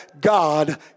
God